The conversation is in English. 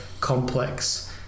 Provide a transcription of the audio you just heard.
complex